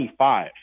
25